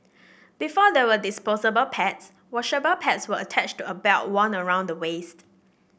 before there were disposable pads washable pads were attached to a belt worn around the waist